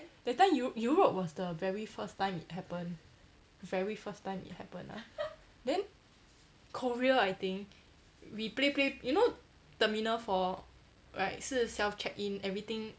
that time eu~ europe was the very first time it happened very first time it happened ah then korea I think we play play you know terminal four right 是 self check-in everything